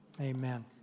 Amen